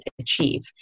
achieve